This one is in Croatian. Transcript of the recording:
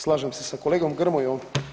Slažem se sa kolegom Grmojom.